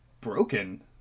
broken